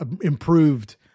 improved